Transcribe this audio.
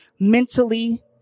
mentally